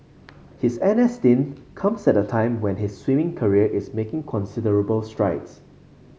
his N S stint comes at a time when his swimming career is making considerable strides